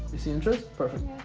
you see interests perfectly